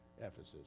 Ephesus